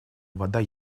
вода